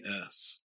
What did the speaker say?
earth